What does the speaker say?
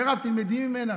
מירב, תלמדי ממנה.